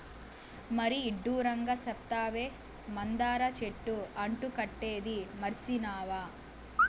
మరీ ఇడ్డూరంగా సెప్తావే, మందార చెట్టు అంటు కట్టేదీ మర్సినావా